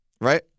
Right